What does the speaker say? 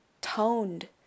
toned